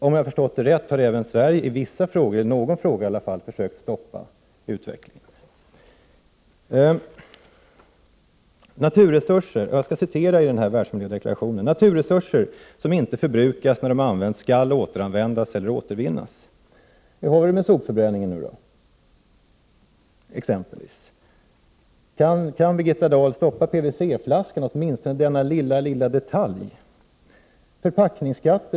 Om jag förstått det hela rätt har även Sverige i åtminstone någon fråga försökt att stoppa utvecklingen. Beträffande naturresurserna vill jag återge vad som sägs i världsmiljödeklarationen: Naturresurser som inte förbrukas när de används skall återanvändas eller återvinnas. Hur är det med exempelvis sopförbränningen? Kan Birgitta Dahl stoppa PVC-flaskorna — en mycket liten detalj i sammanhanget?